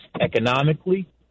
economically